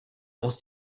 aus